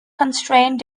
constraint